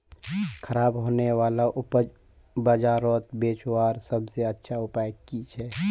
ख़राब होने वाला उपज बजारोत बेचावार सबसे अच्छा उपाय कि छे?